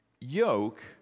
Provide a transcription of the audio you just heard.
Yoke